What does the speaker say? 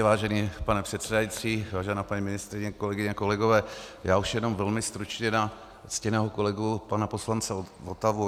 Vážený pane předsedající, vážená paní ministryně, kolegyně, kolegové, já už jenom velmi stručně na ctěného kolegu poslance Votavu.